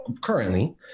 currently